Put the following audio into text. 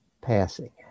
passing